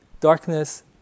darkness